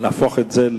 ולהפוך את זה,